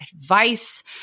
advice